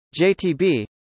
JTB